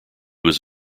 was